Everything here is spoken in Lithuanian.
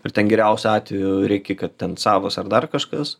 ir ten geriausiu atveju rėki kad ten savas ar dar kažkas